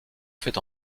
fait